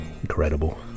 Incredible